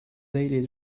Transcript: daily